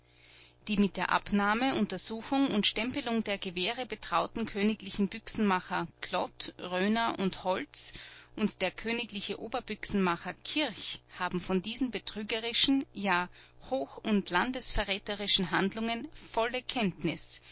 die mit der abnahme untersuchung und stempelung der gewehre betrauten königlichen büchsenmacher klott roener und holz und der königliche oberbüchsenmacher kirch haben von diesen betrügerischen ja hoch und landesverräterischen handlungen volle kenntnis